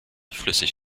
flüssig